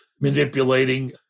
manipulating